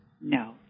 No